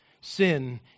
Sin